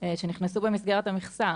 שנכנסו במסגרת המכסה.